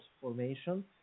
formation